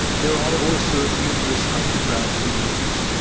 there are also numerous underground windows,